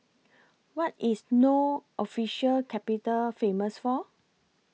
What IS No Official Capital Famous For